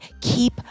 keep